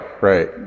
right